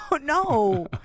no